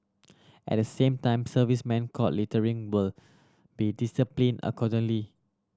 at the same time servicemen caught littering will be disciplined accordingly